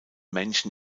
menschen